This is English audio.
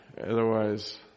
Otherwise